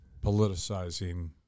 politicizing